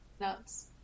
nuts